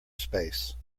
space